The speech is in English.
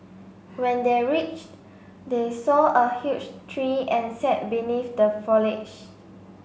when they reached they saw a huge tree and sat beneath the foliage